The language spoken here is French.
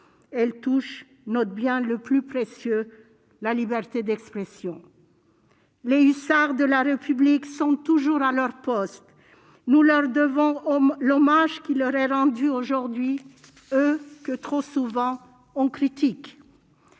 Elle touche notre bien le plus précieux, la liberté d'expression. Les hussards de la République sont toujours à leur poste. Nous leur devons l'hommage qui leur est rendu aujourd'hui, eux que, trop souvent, on critique.